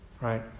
right